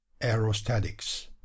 Aerostatics